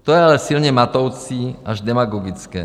To je ale silně matoucí až demagogické.